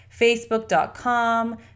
facebook.com